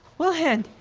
wilhand.